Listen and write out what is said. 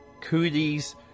cooties